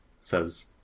Says